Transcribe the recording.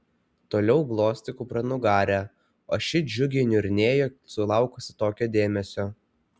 toliau glostė kupranugarę o ši džiugiai niurnėjo sulaukusi tokio dėmesio